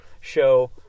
show